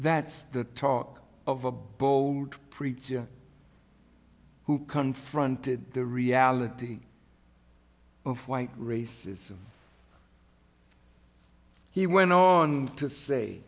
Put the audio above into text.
that's the talk of a bold preacher who confronted the reality of white racism he went on to say